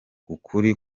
ukuri